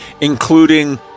including